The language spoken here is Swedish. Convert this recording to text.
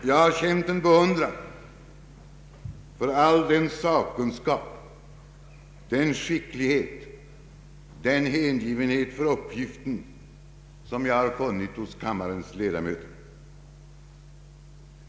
Jag har känt en beundran för all den sakkunskap, den skicklighet, den hängivenhet för uppgiften, som jag funnit hos kammarens ledamöter.